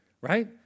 Right